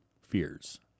fears